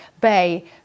Bay